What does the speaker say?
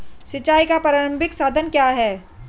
सिंचाई का प्रारंभिक साधन क्या है?